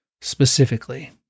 specifically